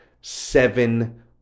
seven